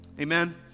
amen